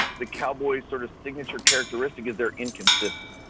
the cowboys sort of signature characteristic of their inconsistent.